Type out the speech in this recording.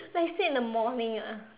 like swim in the morning ah